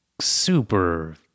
super